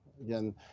again